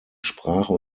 sprache